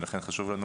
ולכן זה חשוב לנו,